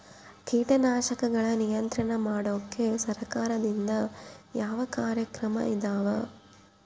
ಕೇಟನಾಶಕಗಳ ನಿಯಂತ್ರಣ ಮಾಡೋಕೆ ಸರಕಾರದಿಂದ ಯಾವ ಕಾರ್ಯಕ್ರಮ ಇದಾವ?